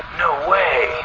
no way.